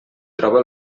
troba